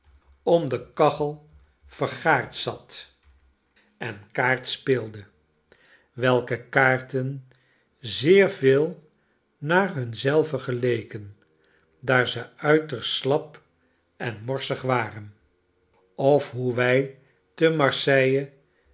kachel vergaard zat en kaart speelde welke kaarten zeer veel naar lion zelvengeleken daar ze niter st slap en morsig war en of hoe wij te marseille